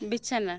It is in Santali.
ᱵᱤᱪᱷᱱᱟᱹ